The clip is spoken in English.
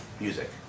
music